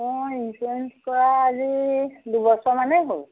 মই ইঞ্চুৰেঞ্চ কৰা আজি দুবছৰমানেই হ'ল